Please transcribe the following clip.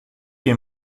que